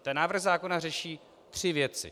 Ten návrh zákona řeší tři věci: